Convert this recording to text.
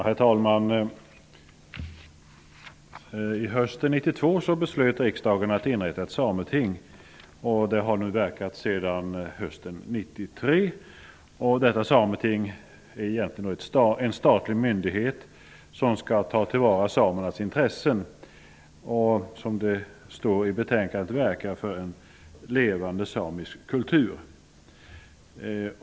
Herr talman! Hösten 1992 beslöt riksdagen att inrätta ett sameting. Det har nu verkat sedan hösten 1993. Detta sameting är egentligen en statlig myndighet som skall ta till vara samernas intressen och, som det står i betänkandet, verka för en levande samisk kultur.